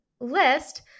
list